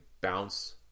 bounce